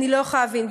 אני לא יכולה להבין.